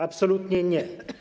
Absolutnie nie.